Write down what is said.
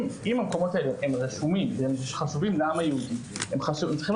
אם המקומות האלה רשומים והם חשובים לעם היהודי הם צריכים